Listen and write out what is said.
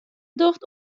docht